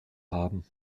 haben